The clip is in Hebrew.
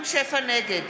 נגד